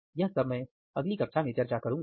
यह सब मैं अब अगली कक्षा में चर्चा करूंगा